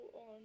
on